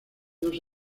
dos